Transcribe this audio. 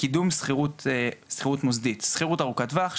לקידום שכירות מוסדית שכירות ארוכת טווח,